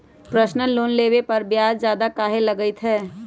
Personal loan लेबे पर ब्याज ज्यादा काहे लागईत है?